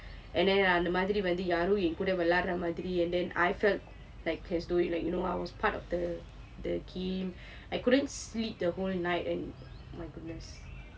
and then அந்த மாதிரி வந்து யாரோ என் கூட விளையாடுற மாதிரி:antha maathiri vanthu yaaro en kuda vilayaadura maathiri and then I felt like as though you know I was part of the the game I couldn't sleep the whole night and my goodness